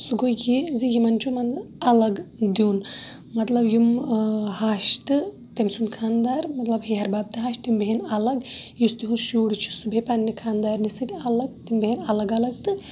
سُہ گوو کہِ زِ یِمَن چھُ اَلَگ دیُن مَطلَب یِم ہَش تہٕ تٔمۍ سُنٛد کھاندار مَطلَب ہیٚہر باب تہٕ ہَش تِم بیٚہَن اَلَگ یُس تِہُنٛد شُر چھُ سُہ بیٚہہِ پَننہٕ خاندارنہِ سۭتۍ اَلَگ تِم بیٚہَن اَلَگ اَلَگ تہٕ